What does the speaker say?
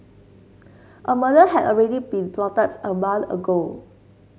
a murder had already been plotted a month ago